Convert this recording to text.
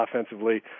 offensively